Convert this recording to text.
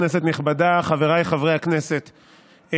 נכבדה, חבריי חברי הכנסת,